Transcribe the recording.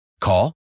Call